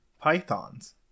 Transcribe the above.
Pythons